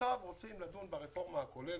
עכשיו רוצים לדון ברפורמה הכוללת.